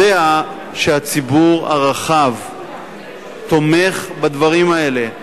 יודע שהציבור הרחב תומך בדברים האלה.